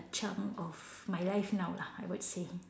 chunk of my life now lah I would say